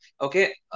Okay